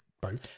boat